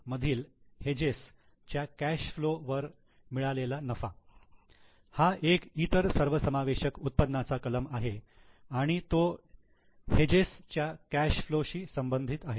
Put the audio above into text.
मधील हेजेस च्या cash flow वर मिळालेला नफा हा एक इतर सर्वसमावेशक उत्पन्नाचा कलम आहे आणि तो हेजेस च्या कॅश फ्लो शी संबंधित आहे